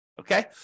Okay